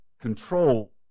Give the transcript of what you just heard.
control